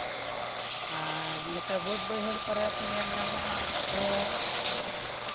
ᱟᱨ ᱱᱚᱛᱮ ᱵᱟᱹᱫ ᱵᱟᱹᱭᱦᱟᱹᱲ ᱠᱚᱨᱮ ᱦᱚᱸᱠᱚ ᱧᱮᱞ ᱧᱟᱢᱚᱜᱼᱟ ᱠᱚᱸᱜ